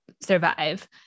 survive